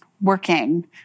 working